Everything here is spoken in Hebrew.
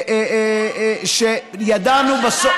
שידענו בסוף,